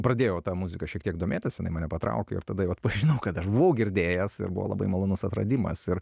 pradėjau ta muzika šiek tiek domėtasi jinai mane patraukė ir tada jau atpažinau kad aš buvau girdėjęs ir buvo labai malonus atradimas ir